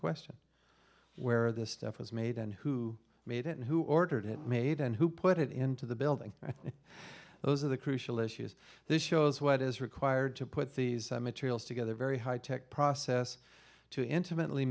question where this stuff was made and who made it and who ordered it made and who put it into the building and those are the crucial issues this shows what is required to put these materials together very high tech process to intimately